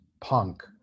punk